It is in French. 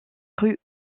rue